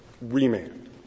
remand